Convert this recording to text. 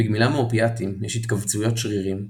בגמילה מאופיאטים יש התכווצויות שרירים,